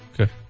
Okay